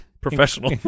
Professional